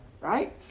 Right